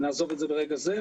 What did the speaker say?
נעזוב את זה ברגע זה.